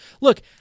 Look